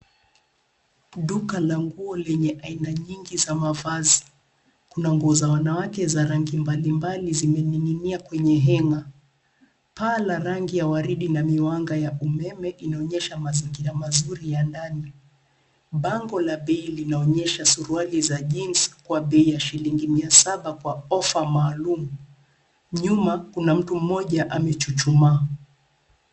Duka la nguo lenye aina nyingi za mavazi. Kuna nguo za wanawake za rangi mbali mbali zimening'inia kwenye heng'a. Paa la rangi ya waridi na miwanga ya umeme inaonyesha mazingira mazuri ya ndani. Bango la bei linaonyesha suruali za jeans kwa bei ya shilingi mia saba kwa offer maalum. Nyuma kuna mtu mmoja amechuchumaa.